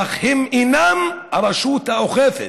אך הם אינם הרשות האוכפת.